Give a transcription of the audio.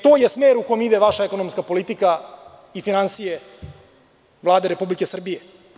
To je smer u kom ide vaša ekonomska politika i finansije Vlade Republike Srbije.